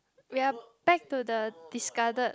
we are back to the discarded